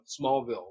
Smallville